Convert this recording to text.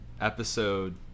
episode